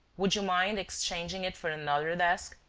would you mind exchanging it for another desk,